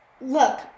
Look